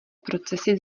procesy